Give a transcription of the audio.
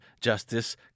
Justice